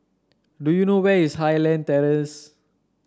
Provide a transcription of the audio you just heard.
do you know where is Highland Terrace